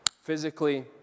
physically